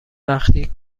وقتی